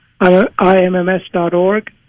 imms.org